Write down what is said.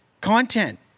Content